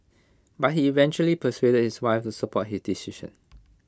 but he eventually persuaded his wife to support his decision